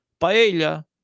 paella